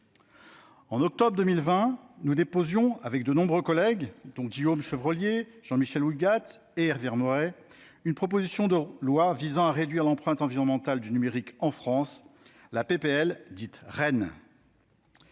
En octobre 2020, nous déposions avec de nombreux collègues, dont Guillaume Chevrollier, Jean-Michel Houllegatte et Hervé Maurey, une proposition de loi visant à réduire l'empreinte environnementale du numérique en France, dite REEN,